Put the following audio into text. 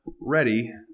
ready